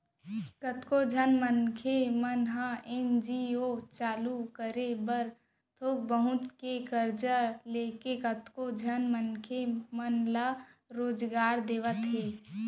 कतको झन मनखे मन ह एन.जी.ओ चालू करे बर थोक बहुत के करजा लेके कतको झन मनसे मन ल रोजगार देवत हे